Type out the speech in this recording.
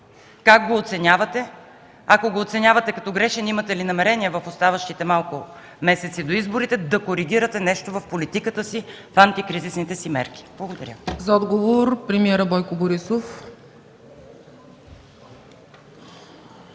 как го оценявате? Ако го оценявате като грешен, имате ли намерение в оставащите малко месеци до изборите, да коригирате нещо в политиката си в антикризисните си мерки? Благодаря. ПРЕДСЕДАТЕЛ ЦЕЦКА ЦАЧЕВА: За отговор – премиерът Бойко Борисов.